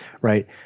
right